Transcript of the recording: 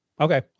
Okay